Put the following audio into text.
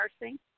nursing